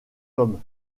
homme